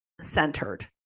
centered